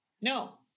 no